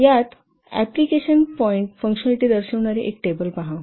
यात एप्लिकेशन पॉईंटची फंक्शलिटी दर्शविणारी एक टेबल पहा